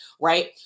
right